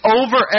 over